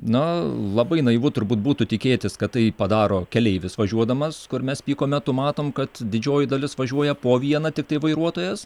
na labai naivu turbūt būtų tikėtis kad tai padaro keleivis važiuodamas kur mes piko metu matom kad didžioji dalis važiuoja po vieną tiktai vairuotojas